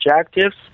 objectives